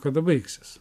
kada baigsis